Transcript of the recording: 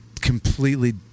completely